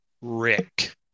Rick